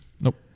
Nope